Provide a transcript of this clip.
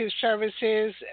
services